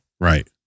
Right